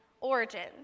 origins